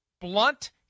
blunt